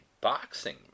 boxing